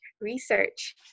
research